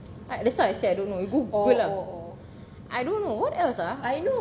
that's why I say I don't know you go Google lah I don't know what else ah